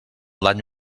dany